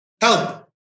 help